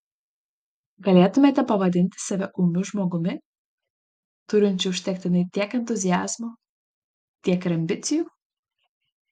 galėtumėte pavadinti save ūmiu žmogumi turinčiu užtektinai tiek entuziazmo tiek ir ambicijų